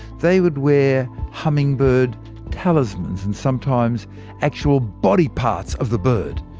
they would wear hummingbird talismans and sometimes actual body parts of the bird.